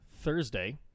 Thursday